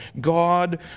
God